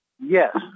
Yes